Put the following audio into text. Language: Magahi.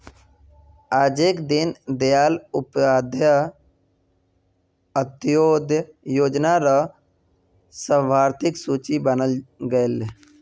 आजके दीन दयाल उपाध्याय अंत्योदय योजना र लाभार्थिर सूची बनाल गयेल